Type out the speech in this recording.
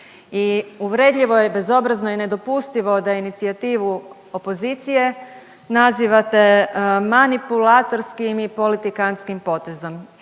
I uvredljivo je, bezobrazno i nedopustivo da inicijativu opozicije nazivate manipulatorskim i politikantskim potezom.